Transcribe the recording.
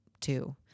two